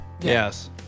Yes